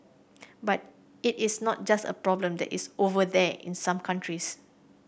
but it is not just a problem that is 'over there' in some countries